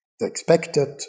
expected